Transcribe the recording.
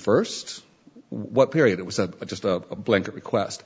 first what period it was that just a blanket request